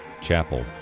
chapel